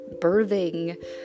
birthing